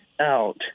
out